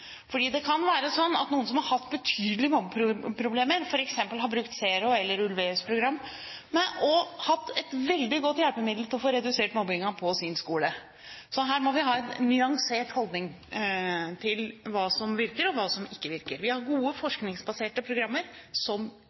Det kan være slik at noen som har hatt betydelige mobbeproblemer, f.eks. har brukt Zero eller Olweus' program og hatt et veldig godt hjelpemiddel til å få redusert mobbingen på sin skole. Så her må vi ha en nyansert holdning til hva som virker, og hva som ikke virker. Vi har gode forskningsbaserte programmer som